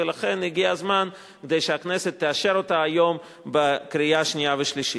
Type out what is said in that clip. ולכן הגיע הזמן שהכנסת תאשר אותה היום בקריאה שנייה ושלישית.